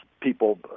people